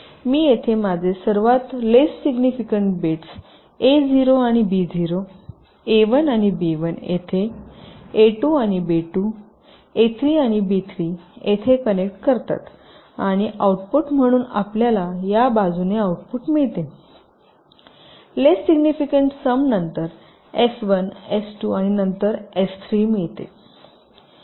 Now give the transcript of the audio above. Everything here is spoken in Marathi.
मी येथे माझे सर्वात लेस सिग्निफिकन्ट बिट्स A0 आणि B0 A1 आणि B1 येथे A2 आणि B2 A3 आणि B3 येथे कनेक्ट करता आणि आउटपुट म्हणून आपल्याला या बाजूने आउटपुट मिळते लेस सिग्निफिकन्ट सम नंतर S1 S2 नंतर S3 मिळते